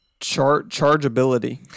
Chargeability